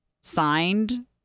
signed